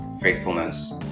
faithfulness